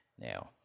Now